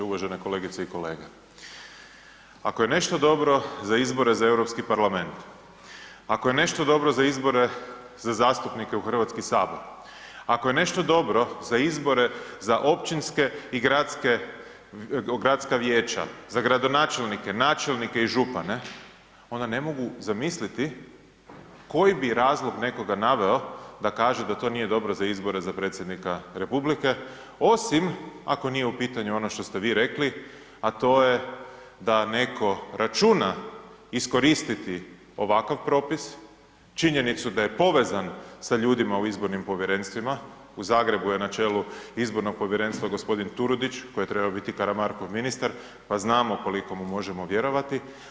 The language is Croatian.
Uvažene kolegice i kolege, ako je nešto dobro za izbore za Europski parlament, ako je nešto dobro za izbore za zastupnike u Hrvatski sabor, ako je nešto dobro za izbore za općinske i gradske, gradska vijeća, za gradonačelnike, načelnike i župane onda ne mogu zamisliti koji bi razlog nekoga naveo da kaže da to nije dobro za izbore za predsjednika republike, osim ako nije u pitanju ono što ste vi rekli, a to je da netko računa iskoristiti ovakav propis, činjenicu da je povezan sa ljudima u izbornim povjerenstvima, u Zagrebu je na čelu izbornog povjerenstva gospodin Turudić koji je trebao biti Karamarkov ministar, pa znamo koliko mu možemo vjerovati.